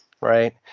Right